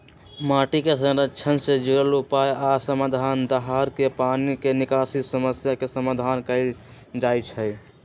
माटी के संरक्षण से जुरल उपाय आ समाधान, दाहर के पानी के निकासी समस्या के समाधान कएल जाइछइ